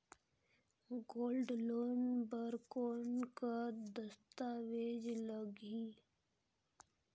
Gold loan बर कौन का दस्तावेज लगही?